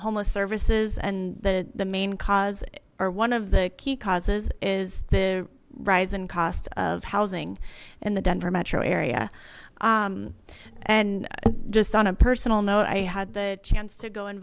homeless services and the the main cause or one of the key causes is the rising cost of housing in the denver metro area and just on a personal note i had the chance to go and